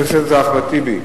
חבר הכנסת אחמד טיבי,